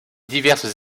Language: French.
diverses